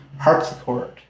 harpsichord